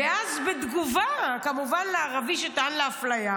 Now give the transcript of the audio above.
ואז בתגובה כמובן לערבי שטען לאפליה,